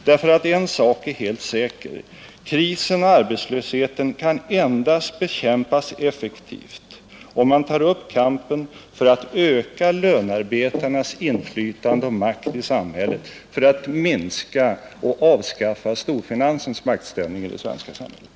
En sak är nämligen helt säker: Krisen och arbetslösheten kan endast bekämpas effektivt om man tar upp kampen för att öka lönearbetarnas inflytande och makt i samhället, för att minska och avskaffa storfinansens maktställning i det svenska samhället.